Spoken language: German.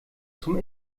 zum